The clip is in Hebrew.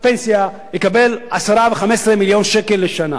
פנסיה יקבל 10 ו-15 מיליון שקל לשנה?